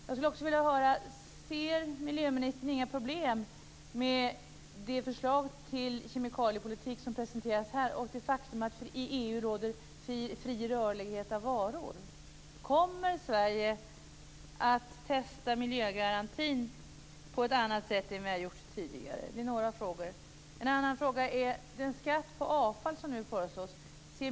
Jag skulle också vilja fråga om miljöministern inte ser några problem med det förslag till kemikaliepolitik som har presenterats här och med det faktum att det inom EU råder fri rörlighet för varor. Kommer Sverige att testa miljögarantin på ett annat sätt än vad vi har gjort tidigare? En annan fråga är: Ser miljöministern några problem med den skatt på avfall som nu föreslås?